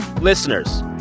Listeners